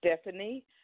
Stephanie